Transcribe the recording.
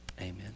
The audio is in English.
Amen